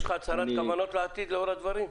יש לך הצהרת כוונות לעתיד לאור הדברים?